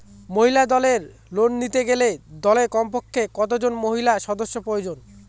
মহিলা দলের ঋণ নিতে গেলে দলে কমপক্ষে কত জন মহিলা সদস্য প্রয়োজন?